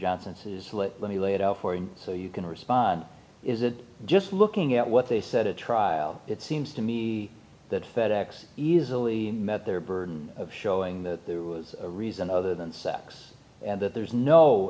says let me lay it out for you so you can respond is it just looking at what they said a trial it seems to me that fed ex easily met their burden of showing that there was a reason other than sex and that there's no